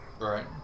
Right